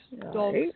dogs